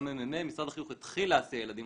הממ"מ משרד החינוך התחיל להסיע ילדים,